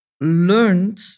learned